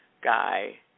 guy